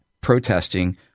protesting